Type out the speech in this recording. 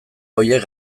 horiek